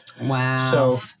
Wow